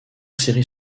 serie